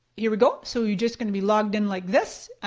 here we go, so you're just going to be logged in like this.